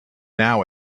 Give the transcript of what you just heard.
now